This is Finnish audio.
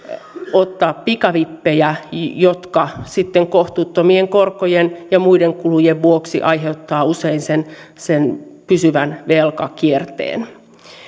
ottaa pikavippejä jotka sitten kohtuuttomien korkojen ja muiden kulujen vuoksi aiheuttavat usein sen sen pysyvän velkakierteen